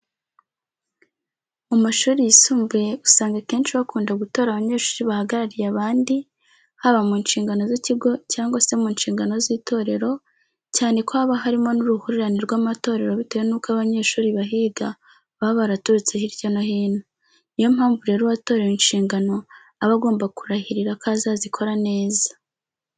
Mu mashuri yisumbuye usanga akenshi bakunda gutora abanyeshuri bahagarariye abandi, haba mu nshingano z'ikigo cyangwa se mu nshingano z'itorero cyane ko haba harimo n'uruhurirane rw'amatorero bitewe nuko abanyeshuri bahiga baba baraturutse hirya no hino. Ni yo mpamvu rero uwatorewe inshingano aba agomba kurahirira ko azazikora neza.